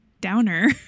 Downer